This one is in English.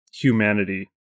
humanity